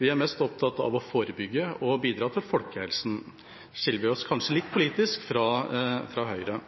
Vi er mest opptatt av å forebygge og bidra til folkehelsen. Der skiller vi oss kanskje litt politisk fra Høyre.